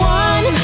one